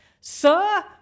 Sir